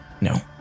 No